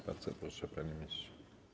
Bardzo proszę, panie ministrze.